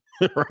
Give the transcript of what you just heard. right